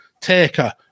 Taker